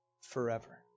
forever